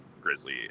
Grizzly